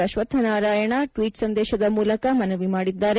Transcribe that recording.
Ashwath Narayana tweet ಸಂದೇಶದ ಮೂಲಕ ಮನವಿ ಮಾಡಿದ್ದಾರೆ